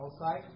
outside